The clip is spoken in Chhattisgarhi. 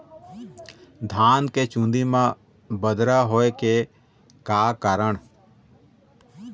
धान के चुन्दी मा बदरा होय के का कारण?